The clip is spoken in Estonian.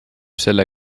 selle